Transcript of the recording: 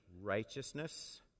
righteousness